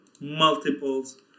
multiples